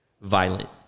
violent